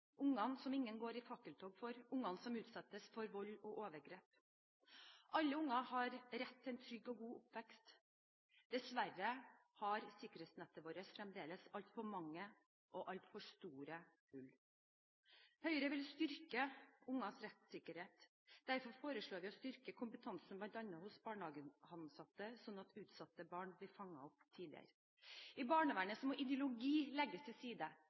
ungene i samfunnet vårt – ungene som ingen går i fakkeltog for, ungene som utsettes for vold og overgrep. Alle unger har rett til en trygg og god oppvekst. Dessverre har sikkerhetsnettet vårt fremdeles altfor mange og altfor store hull. Høyre vil styrke ungenes rettssikkerhet. Derfor foreslår vi å styrke kompetansen bl.a. hos barnehageansatte, slik at utsatte barn blir fanget opp tidligere. I barnevernet må ideologi legges til side,